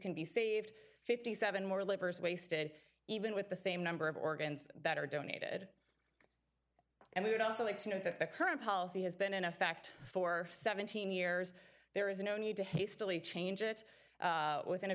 can be saved fifty seven more liver is wasted even with the same number of organs that are donated and we would also like to know that the current policy has been in effect for seventeen years there is no need to hastily change it within a